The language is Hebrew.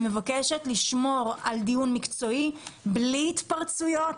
מבקשת לשמור על דיון מקצועי בלי התפרצויות.